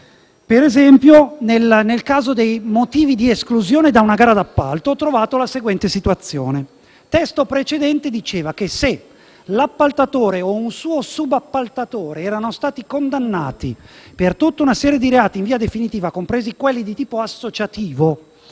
ad esempio, nel caso dei motivi di esclusione da una gara d'appalto, la seguente situazione: il testo precedente diceva che se un subappaltatore fosse stato condannato per tutta una serie di reati in via definitiva, compresi quelli di tipo associativo